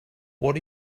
what